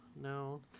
no